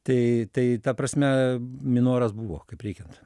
tai tai ta prasme minoras buvo kaip reikiant